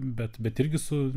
bet bet irgi su